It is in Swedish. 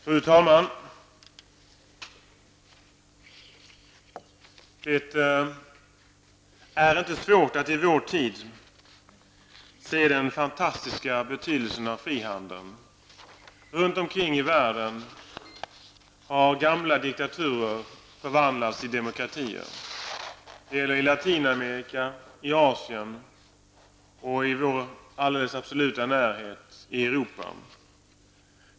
Fru talman! Det är inte svårt att i vår tid se den fantastiska betydelsen av frihandeln. Runt omkring i världen har gamla diktaturer förvandlats till demokratier. Det gäller i Latinamerika, i Asien och i vår absoluta närhet i Europa.